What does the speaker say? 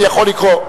אני יכול לקרוא.